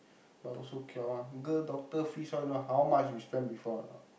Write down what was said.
but also cure one girl doctor fees all you know how much you spend before not